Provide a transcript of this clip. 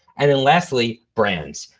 and then lastly, brands.